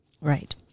Right